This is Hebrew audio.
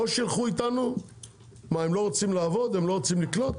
הם לא רוצים לעבוד ולא רוצים לקלוט?